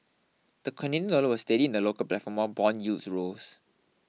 the Canadian dollar was steady in the local platform while bond yields rose